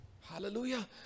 hallelujah